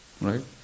right